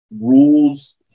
rules